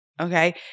okay